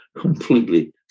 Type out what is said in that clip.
completely